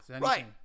right